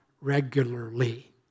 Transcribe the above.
regularly